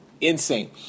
insane